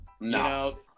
No